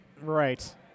Right